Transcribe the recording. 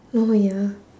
oh ya